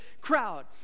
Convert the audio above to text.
crowd